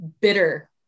bitter